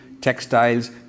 textiles